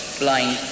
blind